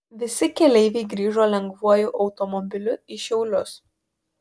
visi keleiviai grįžo lengvuoju automobiliu į šiaulius